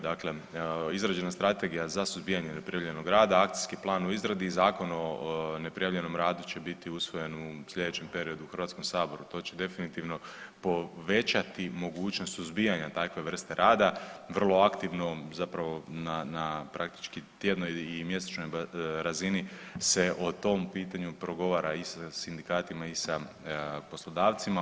Dakle, izrađena strategija za suzbijanje neprijavljenog rada, akcijski plan u izgradi i zakon o neprijavljenom radu će biti usvojen u sljedećem periodu u HS-u, to će definitivno povećati mogućnost suzbijanja takve vrste rada, vrlo aktivno zapravo na praktički tjednoj i mjesečnoj razini se o tom pitanju progovara i sa sindikatima i sa poslodavcima.